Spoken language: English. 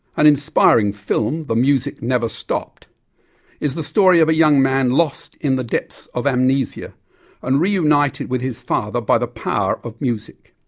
an inspiring film the music never stopped is the story of a young man lost in the depths of amnesia and reunited with his father by the power of music.